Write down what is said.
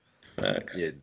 Facts